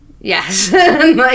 Yes